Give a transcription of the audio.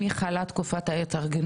יש לתת לזה פתרון